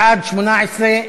בעד, 18,